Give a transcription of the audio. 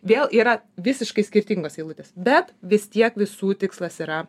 vėl yra visiškai skirtingos eilutės bet vis tiek visų tikslas yra